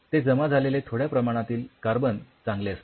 ते जमा झालेले थोड्या प्रमाणातील कार्बन चांगले असते